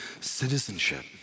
citizenship